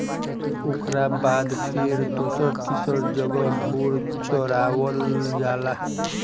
ओकरा बाद फेर दोसर तीसर जगह ढोर चरावल जाला